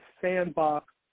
sandbox